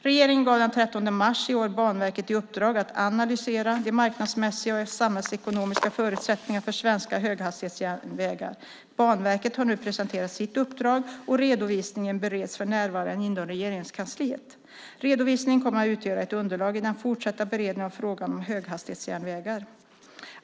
Regeringen gav den 13 mars i år Banverket i uppdrag att analysera de marknadsmässiga och samhällsekonomiska förutsättningarna för svenska höghastighetsjärnvägar. Banverket har nu presenterat sitt uppdrag, och redovisningen bereds för närvarande inom Regeringskansliet. Redovisningen kommer att utgöra ett underlag i den fortsatta beredningen av frågan om höghastighetsjärnvägar.